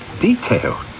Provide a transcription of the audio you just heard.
detail